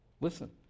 Listen